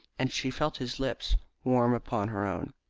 and she felt his lips warm upon her own.